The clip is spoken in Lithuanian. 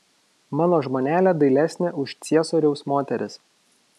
mano žmonelė dailesnė už ciesoriaus moteris